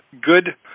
good